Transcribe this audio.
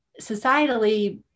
societally